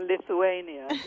Lithuania